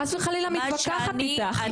חס וחלילה מתווכחת איתך.